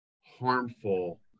harmful